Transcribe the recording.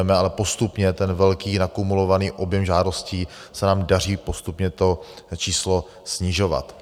Ale postupně ten velký, nakumulovaný objem žádostí se nám daří postupně to číslo snižovat.